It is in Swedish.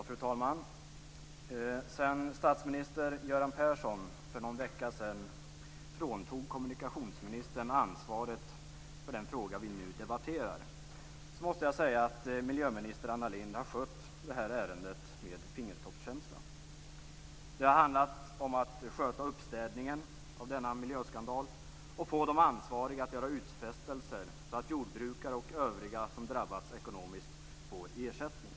Fru talman! Sedan statsminister Göran Persson för någon vecka sedan fråntog kommunikationsministern ansvaret för den fråga vi nu debatterar måste jag säga att miljöminister Anna Lindh har skött detta ärende med fingertoppskänsla. Det har handlat om att sköta uppstädningen efter denna miljöskandal och att få de ansvariga att göra utfästelser så att jordbrukare och övriga som drabbats ekonomiskt får ersättning.